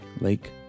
Lake